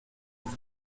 vous